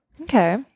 Okay